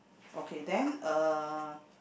okay then uh